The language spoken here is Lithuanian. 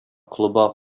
klubo